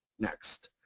next.